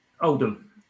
Oldham